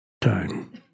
time